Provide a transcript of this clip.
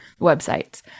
websites